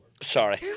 Sorry